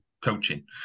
coaching